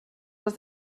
les